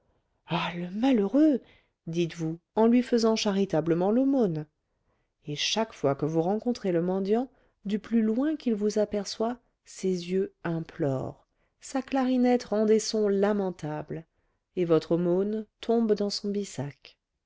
ah le malheureux dites-vous en lui faisant charitablement l'aumône et chaque fois que vous rencontrez le mendiant du plus loin qu'il vous aperçoit ses yeux implorent sa clarinette rend des sons lamentables et votre aumône tombe dans son bissac